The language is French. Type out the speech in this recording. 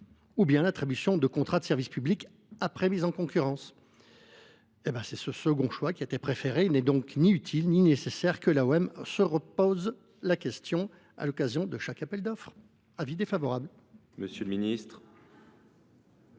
soit l’attribution de contrats de service public après mise en concurrence. C’est ce second choix qui a été préféré. Il n’est donc ni utile ni nécessaire que l’AOM se repose la question à l’occasion de chaque appel d’offres. Avis défavorable. Alors là… Quel